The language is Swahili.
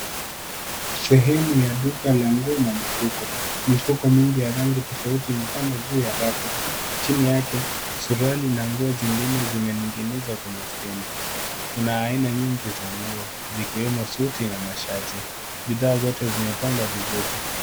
Sehemu ya duka la nguo na mifuko. Mifuko mingi ya rangi tofauti imepangwa juu ya rafu. Chini yake, sururali na nguo zingine zimening'inizwa kwenye stendi. Kuna aina nyingi za nguo zikiwemo suti na mashati. Bidhaa zote zimepangwa vizuri.